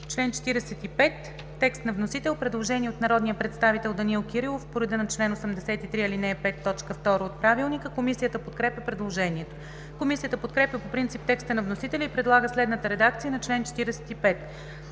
Член 45 – текст на вносител. Предложение от народния представител Данаил Кирилов по реда на чл. 83, ал. 5, т. 2 от ПОДНС. Комисията подкрепя предложението. Комисията подкрепя по принцип текста на вносителя и предлага следната редакция на чл. 45: